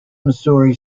missouri